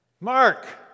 Mark